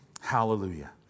Hallelujah